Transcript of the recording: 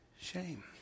shame